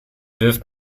wirft